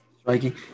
Striking